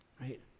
right